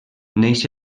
neix